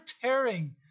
tearing